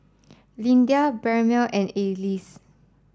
Lyndia Marybelle and Alease